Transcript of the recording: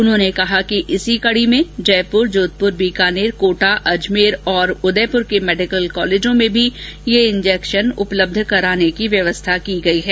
उन्होंने कहा कि इसी कड़ी में जयपुर जोधपुर बीकानेर कोटा अजमेर और उदयपुर के मेडिकल कॉलेजों में भी ये इंजेक्शन उपलब्ध कराने की व्यवस्था की गई है